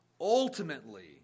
Ultimately